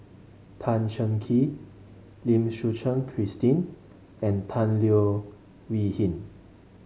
Tan Cheng Kee Lim Suchen Christine and Tan Leo Wee Hin